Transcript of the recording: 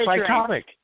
psychotic